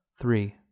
Three